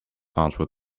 answered